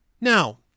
Now